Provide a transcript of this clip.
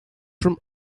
from